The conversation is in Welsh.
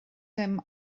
dim